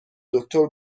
دکتر